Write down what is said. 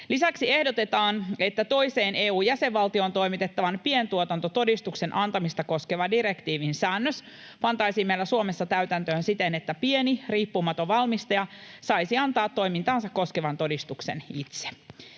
Lisäksi ehdotetaan, että toiseen EU-jäsenvaltioon toimitettavan pientuotantotodistuksen antamista koskeva direktiivin säännös pantaisiin meillä Suomessa täytäntöön siten, että pieni, riippumaton valmistaja saisi antaa toimintaansa koskevan todistuksen itse.